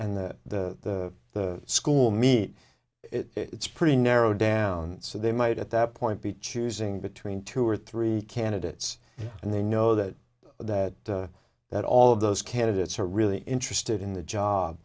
and the the school meet it's pretty narrow down so they might at that point be choosing between two or three candidates and they know that that that all of those candidates are really interested in the job